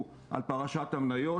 גם עליו חלים על כללי האתיקה.